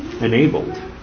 enabled